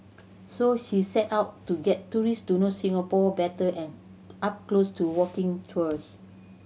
so she set out to get tourists to know Singapore better and up close to walking tours